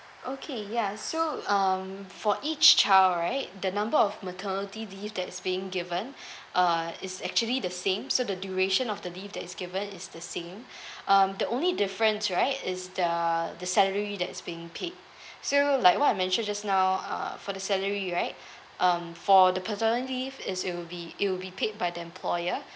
okay ya so um for each child right the number of maternity leave that is being given uh is actually the same so the duration of the leave that is given is the same um the only difference right is the the salary that's being paid so like what I mention just now uh for the salary right um for the paternity leave is will be it will be paid by the employer